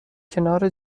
کنار